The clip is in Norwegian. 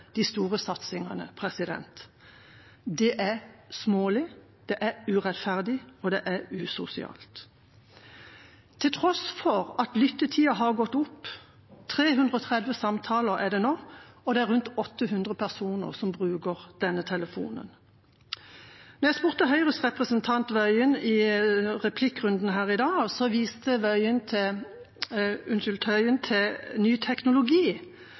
de skulle kunne finansiere de store satsingene. Det er smålig, det er urettferdig, og det er usosialt – til tross for at lyttetida har gått opp. 330 samtaler er det nå, og det er rundt 800 personer som bruker denne telefonen. Da jeg spurte Høyres representant Wilhelmsen Trøen i replikkrunden her i dag, viste hun til ny teknologi.